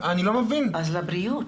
אז לבריאות.